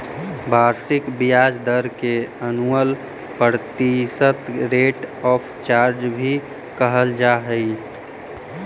वार्षिक ब्याज दर के एनुअल प्रतिशत रेट ऑफ चार्ज भी कहल जा हई